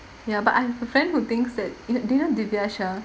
ya but I have a friend who thinks that d~ do you know diviashar